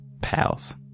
Pals